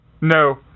No